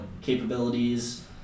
capabilities